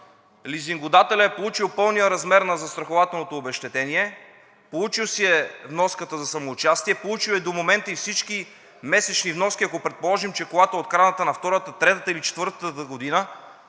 лизингодателят е получил пълния размер на застрахователното обезщетение, получил си е вноската за самоучастие, получил е до момента и всички месечни вноски, ако предположим, че колата е открадната на втората, третата или четвъртата година?